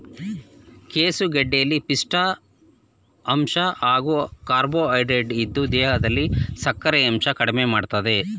ಕೆಸುಗೆಡ್ಡೆಲಿ ಪಿಷ್ಠ ಅಂಶ ಹಾಗೂ ಕಾರ್ಬೋಹೈಡ್ರೇಟ್ಸ್ ಇದ್ದು ದೇಹದಲ್ಲಿ ಸಕ್ಕರೆಯಂಶ ಕಡ್ಮೆಮಾಡ್ತದೆ